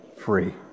free